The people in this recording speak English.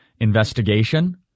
investigation